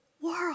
world